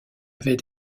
avait